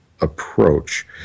approach